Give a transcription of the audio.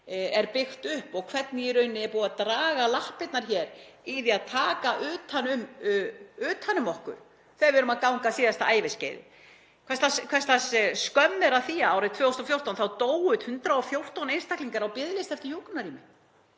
er byggt upp og hvernig búið er að draga lappirnar í því að taka utan um okkur þegar við erum að ganga síðasta æviskeiðið. Hvers lags skömm er að því að árið 2014 dóu 114 einstaklingar á biðlista eftir hjúkrunarrými?